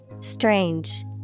strange